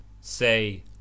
Say